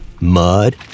mud